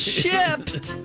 shipped